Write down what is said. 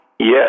Yes